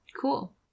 Cool